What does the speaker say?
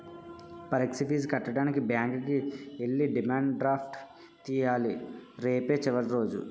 పరీక్ష ఫీజు కట్టడానికి బ్యాంకుకి ఎల్లి డిమాండ్ డ్రాఫ్ట్ తియ్యాల రేపే చివరి రోజు